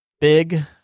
Big